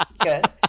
good